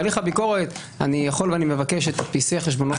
בהליך הביקורת אני יכול ואני מבקש את תדפיסי חשבונות הבנקים.